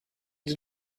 did